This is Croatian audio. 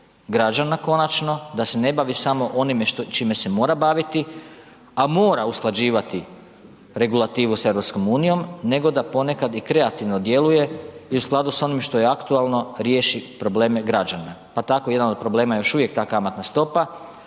građana konačno, da se ne bavi samo onime čime se mora baviti, a mora usklađivati regulativu sa EU, nego da ponekad i kreativno djeluje i u skladu s onim što je aktualno riješi probleme građana. Pa tako jedan od problema je još uvijek ta kamatna stopa